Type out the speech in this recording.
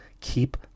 Keep